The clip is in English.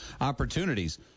opportunities